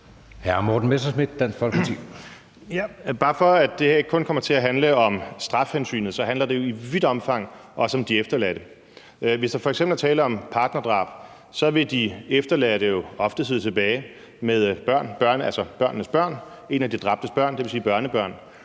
Morten Messerschmidt (DF): Bare for at det her ikke kun kommer til at handle om strafhensynet, vil jeg sige, at det jo i vidt omfang også handler om de efterladte. Hvis der f.eks. er tale om partnerdrab, vil de efterladte jo ofte sidde tilbage med børn, altså børnenes børn, den dræbtes børn, dvs. børnebørn.